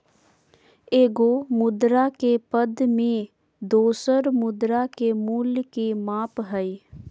एगो मुद्रा के पद में दोसर मुद्रा के मूल्य के माप हइ